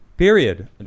Period